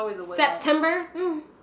September